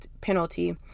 penalty